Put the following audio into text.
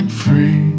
free